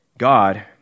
God